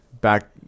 Back